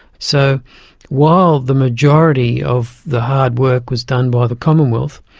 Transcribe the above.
so while the majority of the hard work was done by the commonwealth,